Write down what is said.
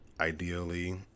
ideally